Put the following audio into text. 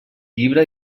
llibre